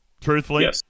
Truthfully